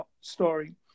story